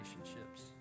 relationships